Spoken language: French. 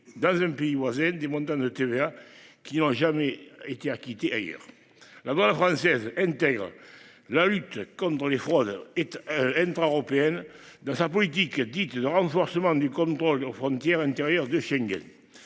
dans un pays voisin des montant de TVA qui n'ont jamais été acquitté ailleurs. La banque française intègre la lutte comme dans les fraudes et. Intra-européenne dans sa politique dite de renforcement du contrôle aux frontières intérieures de Schengen.